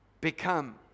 become